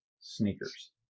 sneakers